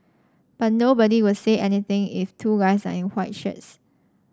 but nobody will say anything if two guys are in white shirts